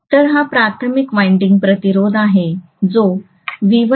तर हा प्राथमिक वाइंडिंग प्रतिरोध आहे जो V1